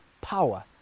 power